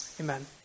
Amen